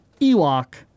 Ewok